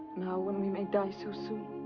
now, when we may die so soon.